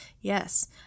Yes